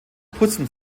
putzen